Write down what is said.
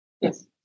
Yes